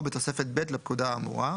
או בתוספת ב' לפקודה האמורה,